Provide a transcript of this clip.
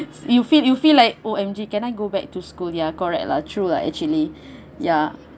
you feel you feel like O_M_G cannot go back to school ya correct lah true lah actually ya